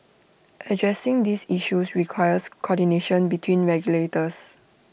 addressing these issues requires coordination between regulators